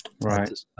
Right